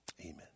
amen